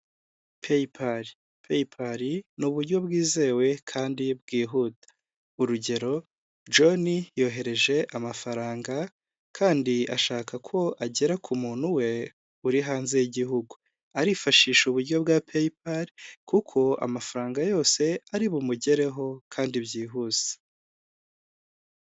Paypal, paypal ni uburyo bwizewe kandi bwihuta, urugero John yohereje amafaranga kandi ashaka ko agera ku muntu we uri hanze y'igihugu, arifashisha uburyo bwa paypal kuko amafaranga yose ari bumugereho kandi byihuse.